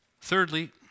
Thirdly